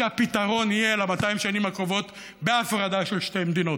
שהפתרון ל-200 השנים הקרובות יהיה בהפרדה לשתי מדינות.